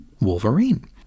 Wolverine